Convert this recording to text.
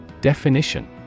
Definition